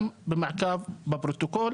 גם במעקב בפרוטוקול